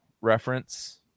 reference